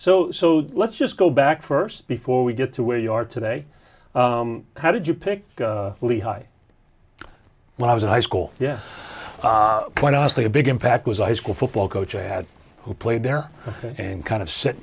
so so let's just go back first before we get to where you are today how did you pick lehigh when i was in high school yeah quite honestly a big impact was i school football coach i had who played there and kind of set